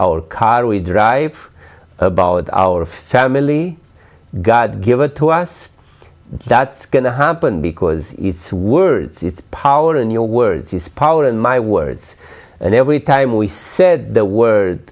our car we drive about our family god give it to us that's going to happen because it's words it's power in your words is power in my words and every time we said the word